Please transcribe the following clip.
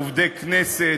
עובדי הכנסת,